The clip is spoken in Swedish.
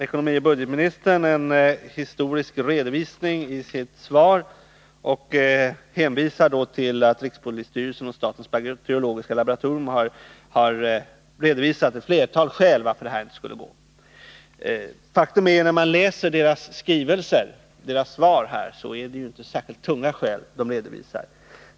Ekonomioch budgetministern lämnar i sitt svar en historisk redovisning och hänvisar till att rikspolisstyrelsen och statens bakteriologiska laboratorium har angett ett flertal skäl till att det inte skulle gå att upplåta dessa områden till allmänheten. Men faktum är att man när man läser deras svar finner att det inte är särskilt tunga skäl som de redovisar.